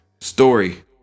Story